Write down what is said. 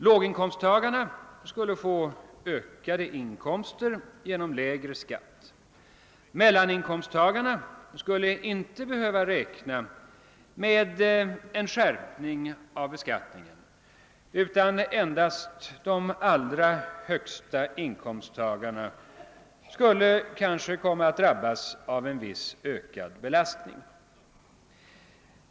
Låginkomsttagarna skulle få ökade inkomster genom lägre skatt, mellaninkomsttagarna skulle inte behöva räkna med en skärpning av beskattningen och endast de allra högsta inkomsttagarna skulle kanske komma att drabbas av en viss ökning av belastningen.